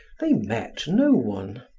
they met no one.